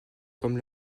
comme